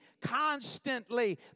constantly